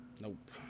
nope